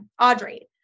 Audrey